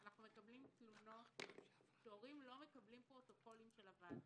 אנחנו מקבלים תלונות שהורים לא מקבלים פרוטוקולים של הוועדות.